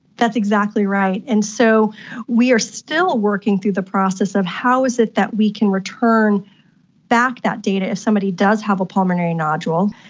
that's exactly right. and so we are still working through the process of how is it that we can return back that data if somebody does have a pulmonary nodule,